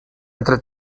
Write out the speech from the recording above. entre